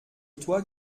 toi